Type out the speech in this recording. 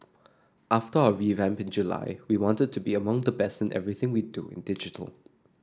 after our revamp in July we wanted to be among the best in everything we do in digital